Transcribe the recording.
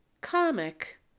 comic